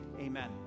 Amen